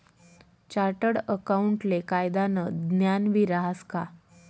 chartered अकाऊंटले कायदानं ज्ञानबी रहास का